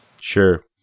Sure